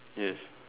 yes